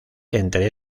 entre